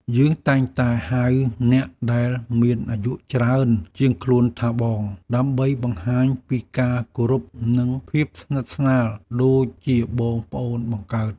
យើងតែងតែហៅអ្នកដែលមានអាយុច្រើនជាងខ្លួនថាបង ដើម្បីបង្ហាញពីការគោរពនិងភាពស្និទ្ធស្នាលដូចជាបងប្អូនបង្កើត។